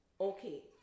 okay